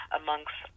amongst